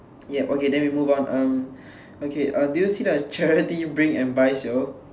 yup okay then we move on um okay um do you see the charity bring and buy sale